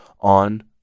on